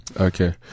Okay